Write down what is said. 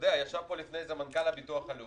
ישב פה קודם מנכ"ל הביטוח הלאומי.